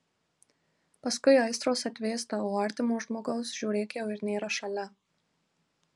paskui aistros atvėsta o artimo žmogaus žiūrėk jau ir nėra šalia